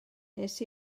nes